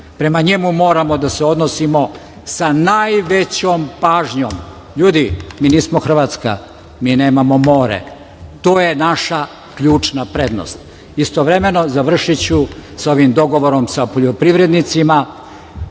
Prema njemu moramo da se odnosimo sa najvećom pažnjom. Ljudi, mi nismo Hrvatska, mi nemamo more, to je naša ključna prednost. Istovremeno, završiću sa ovim dogovorom, sa poljoprivrednicima,